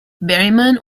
berryman